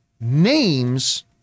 names